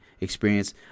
experience